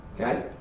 okay